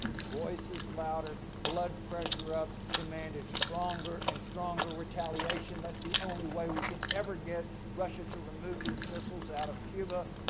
voices louder, blood pressure up, demanded stronger and stronger retaliation. that's the only way we can ever get russia to remove these missiles out of cuba.